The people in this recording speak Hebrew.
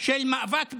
של מאבק באלימות,